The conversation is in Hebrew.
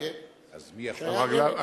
אז מי יכול, כן.